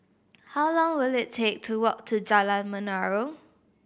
how long will it take to walk to Jalan Menarong